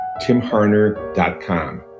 timharner.com